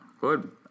Good